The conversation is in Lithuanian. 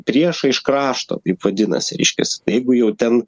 priešą iš krašto kaip vadinasi reiškias jeigu jau ten